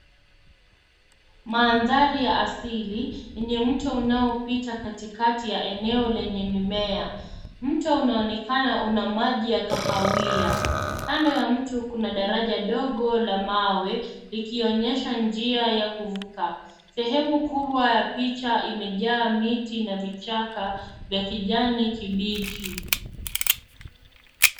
Mandhari ya asili, yenye mto unaopita katikati ya eneo lenye mimea. Mto unaonekana una maji ya kahawia. Kando na mto kuna daraja dogo la mawe, likionyesha njia ya kuvuka. Sehemu kubwa ya picha imejaa miti na vichaka vya kijani kibichi.